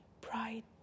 bright